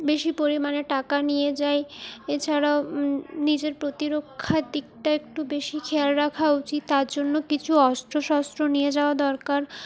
বেশি পরিমাণে টাকা নিয়ে যাই এছাড়াও নিজের প্রতিরক্ষার দিকটা একটু বেশি খেয়াল রাখা উচিত তার জন্য কিছু অস্ত্রশস্ত্র নিয়ে যাওয়া দরকার